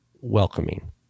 welcoming